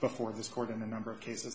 before this court in a number of cases